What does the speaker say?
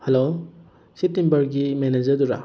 hello ꯁꯤ ꯇꯤꯝꯕꯔꯒꯤ ꯃꯦꯅꯦꯖꯔꯗꯨꯔꯥ